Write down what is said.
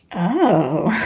oh,